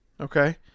okay